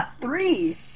Three